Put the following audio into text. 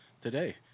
today